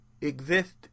exist